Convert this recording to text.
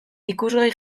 ikusgai